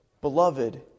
beloved